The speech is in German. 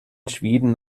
schweden